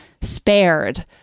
spared